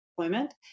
employment